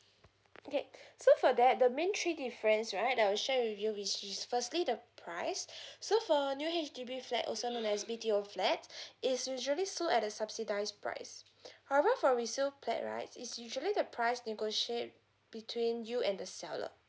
okay so for that the main three difference right that I will share with you which is firstly the price so for new H_D_B flat also known as B_T_O flat is usually sold at the subsidize price however for resale flat right is usually the price negotiate between you and the seller